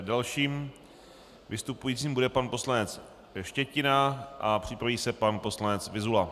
Dalším vystupujícím bude pan poslanec Štětina a připraví se pan poslanec Vyzula.